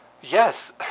Yes